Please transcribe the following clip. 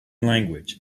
language